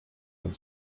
and